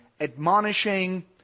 admonishing